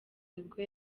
nibwo